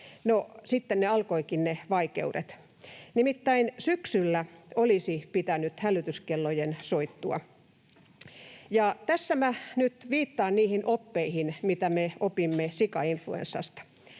sitten ne vaikeudet alkoivatkin. Nimittäin syksyllä olisi pitänyt hälytyskellojen soida. Tässä minä nyt viittaan niihin oppeihin, mitä me opimme sikainfluenssasta: